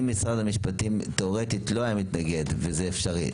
אם משרד המשפטים לא היה מתנגד וזה אפשרי,